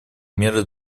меры